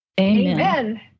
Amen